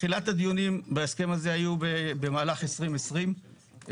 תחילת הדיונים בהסכם הזה היו, במהלך 2020 והגיע